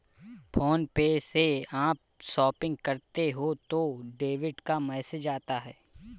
phone पे से आप शॉपिंग करते हो तो डेबिट का मैसेज आता है